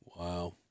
Wow